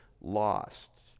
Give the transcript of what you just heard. lost